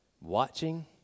watching